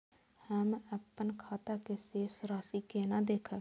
हम अपन खाता के शेष राशि केना देखब?